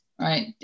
Right